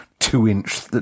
two-inch